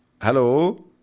Hello